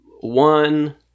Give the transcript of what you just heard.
one